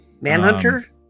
Manhunter